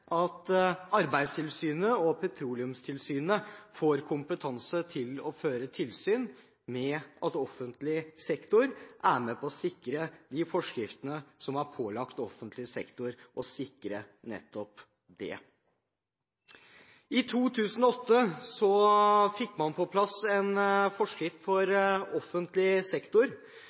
Arbeidstilsynet og Petroleumstilsynet kompetanse til å føre tilsyn med at offentlig sektor etterlever de forskriftene som de er pålagt – for å sikre nettopp det. I 2008 fikk man på plass en forskrift som påla offentlig sektor